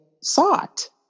sought